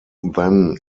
then